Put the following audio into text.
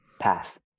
path